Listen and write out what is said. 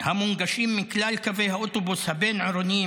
המונגשים מכלל קווי האוטובוס הבין-עירוניים